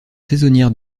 saisonnières